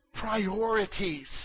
priorities